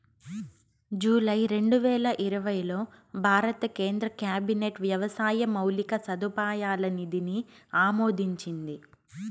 July రెండువేల ఇరవైలో భారత కేంద్ర క్యాబినెట్ వ్యవసాయ మౌలిక సదుపాయాల నిధిని ఆమోదించింది